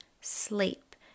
sleep